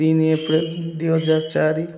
ତିନି ଏପ୍ରିଲ ଦୁଇ ହଜାର ଚାରି